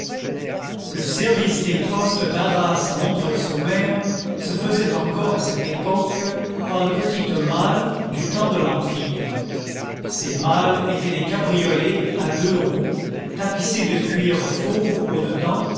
le service des postes d'arras à montreuil sur mer se faisait encore à cette époque par de petites malles du temps de l'empire ces malles étaient des cabriolets à deux roues tapissés de cuir fauve au dedans